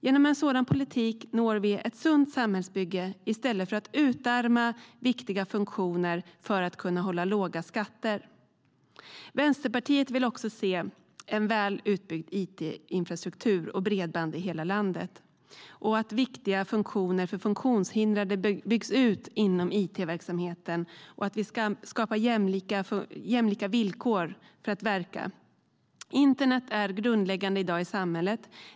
Genom en sådan politik når vi ett sunt samhällsbygge i stället för att utarma viktiga funktioner för att kunna hålla låga skatter. Vänsterpartiet vill också se en väl utbyggd it-infrastruktur och bredband i hela landet. Vi vill att viktiga funktioner för funktionshindrade byggs ut inom it-verksamheten och att vi skapar jämlika villkor att verka. Internet är grundläggande i samhället i dag.